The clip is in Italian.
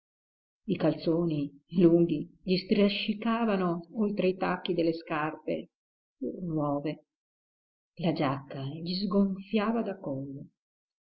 i calzoni lunghi gli strascicavano oltre i tacchi delle scarpe pur nuove la giacca gli sgonfiava da collo